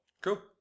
Cool